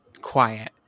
quiet